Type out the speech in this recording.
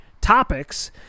topics